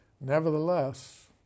Nevertheless